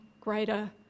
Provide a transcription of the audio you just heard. greater